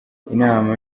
inama